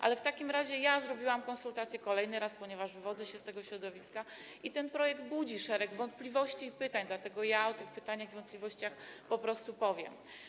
Ale w takim razie ja zrobiłam konsultacje kolejny raz, ponieważ wywodzę się z tego środowiska, i ten projekt budzi szereg wątpliwości i pytań, dlatego o tych pytaniach i wątpliwościach po prostu powiem.